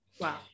Wow